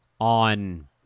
on